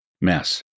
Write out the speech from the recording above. mess